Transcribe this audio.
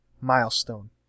milestone